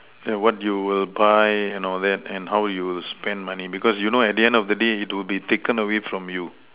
yeah what you will buy and all that and how you will spend money because you know at the end of the day it will be taken from you